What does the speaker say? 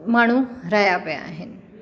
माण्हू रहिया पिया आहिनि